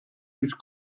mich